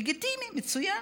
לגיטימי, מצוין.